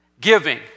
Giving